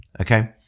Okay